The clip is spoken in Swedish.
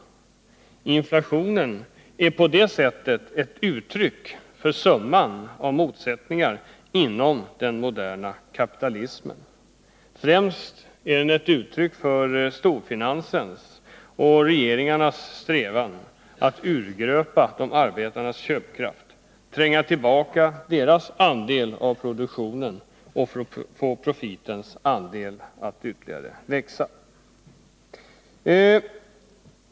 Inflationen är på det sättet ett uttryck för summan av motsättningarna inom den moderna kapitalismen. Främst är den ett uttryck för storfinansens och regeringarnas strävan att urgröpa de arbetandes köpkraft, tränga tillbaka deras andel av produktionen och få profitens andel att ytterligare växa.